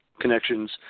connections